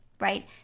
right